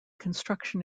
construction